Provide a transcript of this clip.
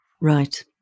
Right